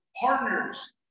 partners